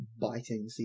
biting